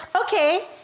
okay